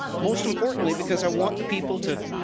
most importantly, because i want the people to